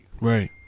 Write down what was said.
Right